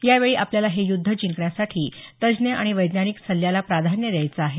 यावेळी आपल्याला हे युद्ध जिंकण्यासाठी तज्ञ आणि वैज्ञानिक सल्ल्याला प्राधान्य द्यायचं आहे